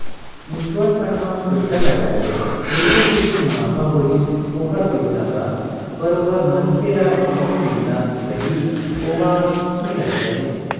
mutual fund म पइसा लगाय ले जइसे जइसे मुनाफ होही ओखर पइसा ह बरोबर मनखे ल जउन मिलना रइही ओहा मिलत जाही